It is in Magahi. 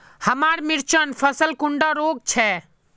हमार मिर्चन फसल कुंडा रोग छै?